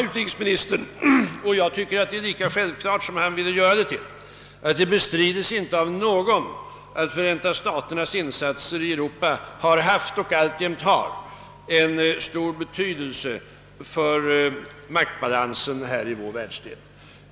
Utrikesministern sade — och jag tycker att det är lika självklart som han ville göra det — att det inte bestrids av någon att Förenta staternas insatser i Europa har haft och alltjämt har stor betydelse för maktbalansen här i vår världsdel.